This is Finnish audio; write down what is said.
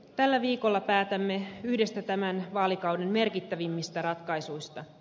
tällä viikolla päätämme yhdestä tämän vaalikauden merkittävimmistä ratkaisuista